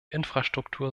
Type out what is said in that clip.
infrastruktur